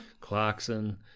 Clarkson